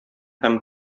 һәм